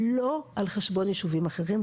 לא על חשבון ישובים אחרים.